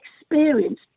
experience